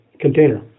container